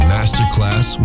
Masterclass